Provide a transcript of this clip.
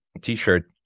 t-shirt